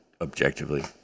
objectively